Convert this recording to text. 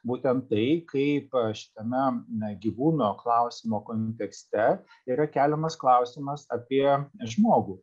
būtent tai kaip šitame na gyvūno klausimo kontekste yra keliamas klausimas apie žmogų